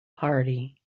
party